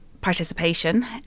participation